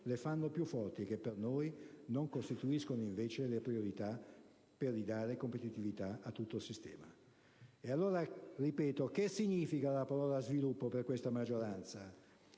le fanno più forti: per noi non costituiscono invece le priorità per ridare competitività a tutto il sistema. Allora, ripeto: che significa la parola "sviluppo" per questa maggioranza?